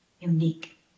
unique